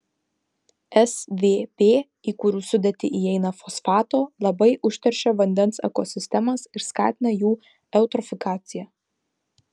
svp į kurių sudėtį įeina fosfato labai užteršia vandens ekosistemas ir skatina jų eutrofikaciją